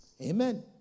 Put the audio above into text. Amen